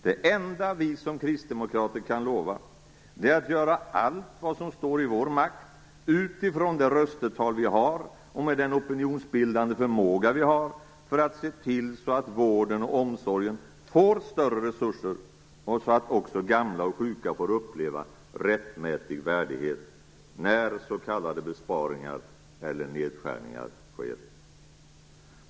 Det enda vi som kristdemokrater kan lova är att göra allt vad som står i vår makt utifrån det röstetal vi har och med den opinionsbildande förmåga vi har för att se till så att vården och omsorgen får större resurser och så att också gamla och sjuka får uppleva rättmätig värdighet när s.k. besparingar eller nedskärningar sker.